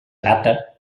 data